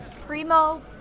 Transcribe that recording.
Primo